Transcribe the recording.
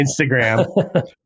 Instagram